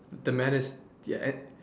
the man is ya and